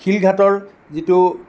শিলঘাটৰ যিটো